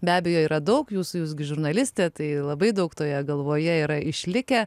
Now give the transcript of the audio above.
be abejo yra daug jūs jūs gi žurnalistė tai labai daug toje galvoje yra išlikę